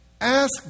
ask